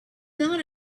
not